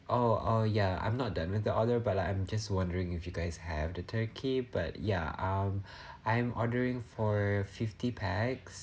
oh oh yeah I'm not done with the order but like I'm just wondering if you guys have the turkey but yeah um I'm ordering for fifty pax